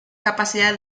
capacidad